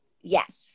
Yes